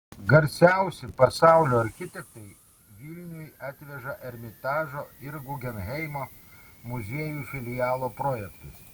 garsiausi pasaulio architektai vilniui atveža ermitažo ir gugenhaimo muziejų filialo projektus